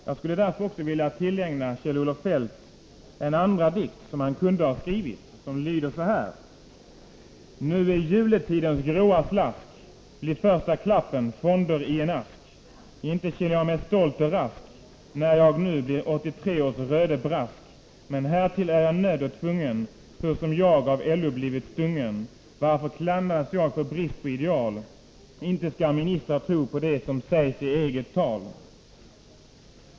Jag skulle vilja tillägna Kjell-Olof Feldt en annan dikt, som han kunde ha skrivit och som lyder så här: Nu i juletidens gråa slask blir första klappen fonder i en ask. Inte känner jag mig stolt och rask, när jag nu blir 83 års röde Brask. Men härtill är jag nödd och tvungen, så som jag av LO blivit stungen. Varför klandras jag för brist på ideal? Inte skall ministrar tro på det som sägs i eget tal.